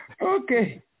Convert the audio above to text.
okay